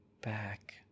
back